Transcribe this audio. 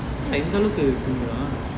இந்த அளவுக்கு தூங்குரான்:intha alavukku thoonguraan